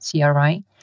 CRI